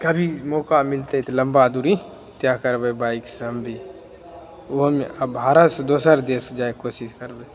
कभी मौका मिलतै तऽ लम्बा दुरी तय करबै बाइक से हम भी ओहोमे भारत से दोसर देश जाइके कोशिश करबै